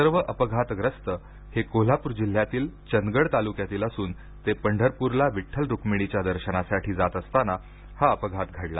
सर्व अप घातग्रस्त हे कोल्हापूर जिल्ह्यातील चंदगड तालुक्यातील असून ते पंढरपूरला विठ्ठल रुक्मिणीच्या दर्शनासाठी जात असताना हा अप घात घडला